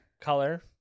color